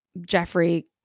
Jeffrey